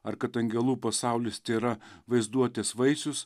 ar kad angelų pasaulis tėra vaizduotės vaisius